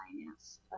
finance